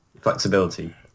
flexibility